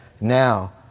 now